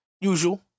Usual